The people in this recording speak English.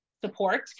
support